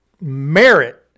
merit